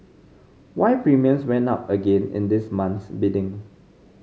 why premiums went up again in this month's bidding